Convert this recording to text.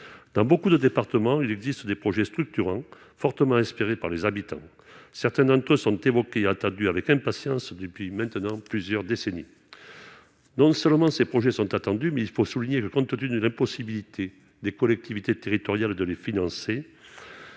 dans beaucoup de départements, il existe des projets structurants fortement inspirée par les habitants, certains d'entre eux sont évoqués, attendu avec impatience depuis maintenant plusieurs décennies non seulement ces projets sont attendus, mais il faut souligner que, compte tenu, impossibilité des collectivités territoriales, de les financer,